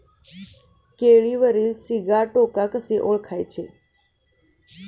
केळीवरील सिगाटोका कसे ओळखायचे?